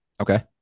okay